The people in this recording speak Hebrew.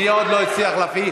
מי עוד לא הצליח להפעיל?